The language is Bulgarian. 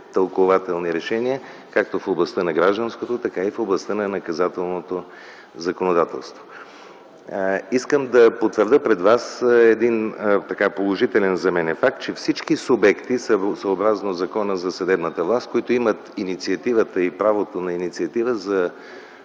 тълкувателни решения както в областта на гражданското, така и в областта на наказателното законодателство. Искам да потвърдя пред вас един положителен за мен факт, че всички субекти, съобразно Закона за съдебната власт, които имат инициативата и правото на инициатива за